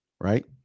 right